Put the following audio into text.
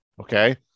okay